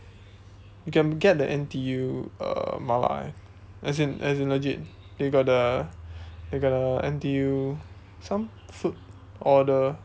you can get the N_T_U uh mala eh as in as in legit they got the they got the N_T_U some food order